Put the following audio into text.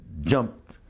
jumped